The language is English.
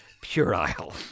puerile